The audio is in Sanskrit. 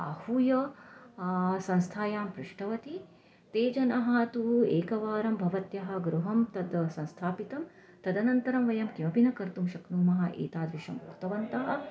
आहूय संस्थायां पृष्टवती ते जनाः तु एकवारं भवत्याः गृहं तद् संस्थापितं तदनन्तरं वयं किमपि न कर्तुं शक्नुमः एतादृशम् उक्तवन्तः